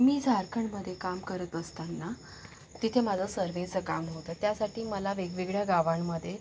मी झारखंडमध्ये काम करत असताना तिथे माझं सर्वेचं काम होतं त्यासाठी मला वेगवेगळ्या गावांमध्ये